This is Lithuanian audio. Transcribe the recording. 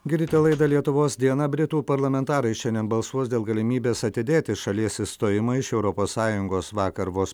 girdite laidą lietuvos diena britų parlamentarai šiandien balsuos dėl galimybės atidėti šalies išstojimą iš europos sąjungos vakar vos